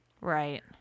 Right